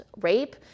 rape